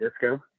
disco